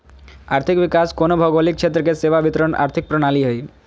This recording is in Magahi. आर्थिक विकास कोनो भौगोलिक क्षेत्र के सेवा वितरण आर्थिक प्रणाली हइ